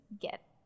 get